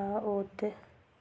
आओत